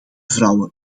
vrouwen